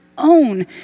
own